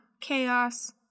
chaos